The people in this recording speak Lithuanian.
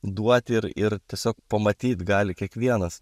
duot ir ir tiesiog pamatyt gali kiekvienas